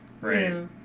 Right